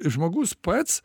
žmogus pats